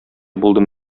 булдым